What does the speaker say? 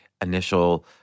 initial